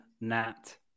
Nat